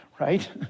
right